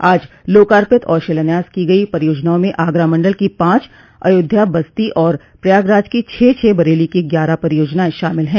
आज लोकार्पित और शिलान्यास की गई परियोजनाओं में आगरा मंडल की पांच अयोध्या बस्ती और प्रयागराज की छह छह बरेली की ग्यारह परियोजनाएं शामिल है